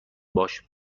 باش